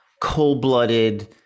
cold-blooded